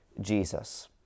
Jesus